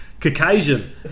Caucasian